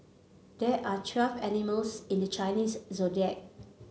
there are twelve animals in the Chinese Zodiac